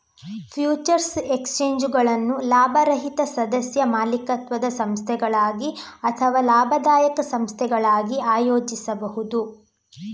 futures ಎಕ್ಸ್ಚೇಂಜುಗಳನ್ನು ಲಾಭರಹಿತ ಸದಸ್ಯ ಮಾಲೀಕತ್ವದ ಸಂಸ್ಥೆಗಳಾಗಿ ಅಥವಾ ಲಾಭದಾಯಕ ಸಂಸ್ಥೆಗಳಾಗಿ ಆಯೋಜಿಸಬಹುದು